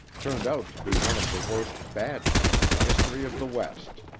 turned out to be one of the worst bad men in the history of the west.